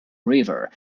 river